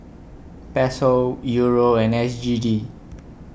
Peso Euro and S G D